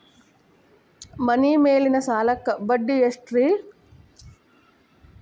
ಮನಿ ಮೇಲಿನ ಸಾಲಕ್ಕ ಬಡ್ಡಿ ಎಷ್ಟ್ರಿ?